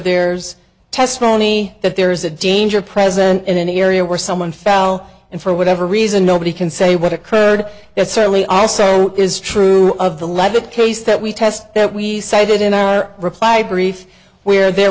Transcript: there's testimony that there is a danger present in an area where someone fell and for whatever reason nobody can say what occurred that certainly also is true of the leather case that we test that we cited in our reply brief where there